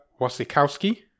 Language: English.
Wasikowski